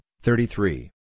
thirty-three